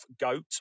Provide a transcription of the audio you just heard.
goat